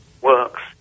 works